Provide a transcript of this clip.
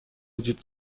وجود